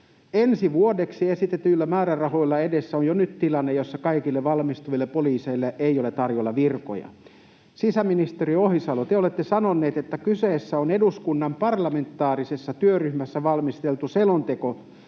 Ensi vuodeksi esitetyillä määrärahoilla edessä on jo nyt tilanne, jossa kaikille valmistuville poliiseille ei ole tarjolla virkoja. Sisäministeri Ohisalo, te olette sanonut, että kyseessä on eduskunnan parlamentaarisessa työryhmässä valmisteltu selonteko,